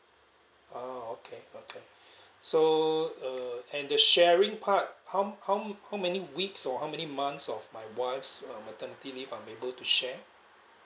ah okay okay so uh and the sharing part how how how many weeks or how many months of my wife's uh maternity leave I'm able to share